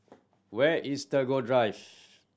where is Tagore Drive